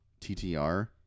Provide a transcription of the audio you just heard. TTR